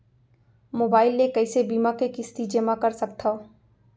Mobile ले कइसे बीमा के किस्ती जेमा कर सकथव?